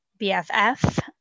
BFF